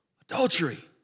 Adultery